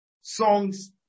songs